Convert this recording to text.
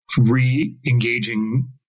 re-engaging